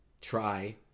try